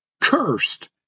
Cursed